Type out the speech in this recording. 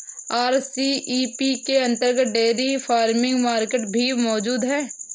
RCEP के अंतर्गत dairy farming market भी मौजूद है